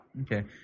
Okay